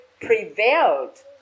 prevailed